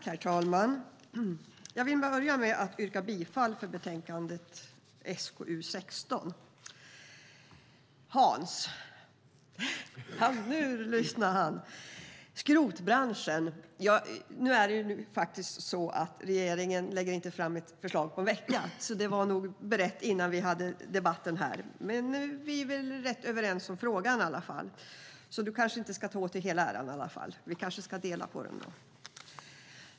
Herr talman! Jag vill börja med att yrka bifall till utskottets förslag i betänkandet SkU16. Hans - nu lyssnar han - talade om skrotbranschen. Nu lägger ju inte regeringen fram ett förslag på en vecka. Det var nog berett innan vi hade debatten här. Vi är väl rätt överens om frågan. Du kanske inte ska ta åt dig hela äran i alla fall. Vi kanske ska dela på den.